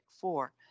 four